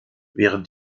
während